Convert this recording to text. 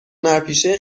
هنرپیشه